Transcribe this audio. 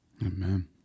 Amen